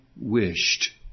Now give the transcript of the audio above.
wished